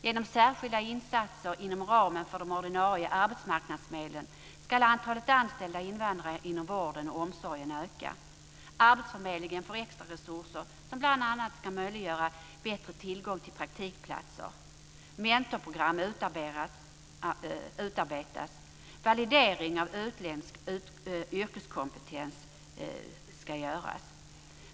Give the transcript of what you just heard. Genom särskilda insatser inom ramen för de ordinarie arbetsmarknadsmedlen ska antalet anställda invandrare inom vården och omsorgen öka. Arbetsförmedlingen får extra resurser som bl.a. ska möjliggöra bättre tillgång till praktikplatser. Mentorsprogram utarbetas. Validering av utländsk yrkeskompetens ska göras.